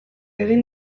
egin